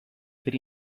per